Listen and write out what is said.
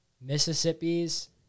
Mississippi's